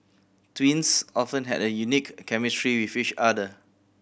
twins often have a unique chemistry with each other